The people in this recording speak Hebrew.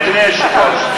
הדוברים, אדוני היושב-ראש.